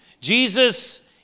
Jesus